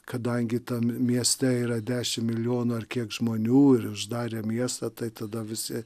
kadangi tame mieste yra dešimt milijonų ar kiek žmonių ir uždarė miestą tai tada visi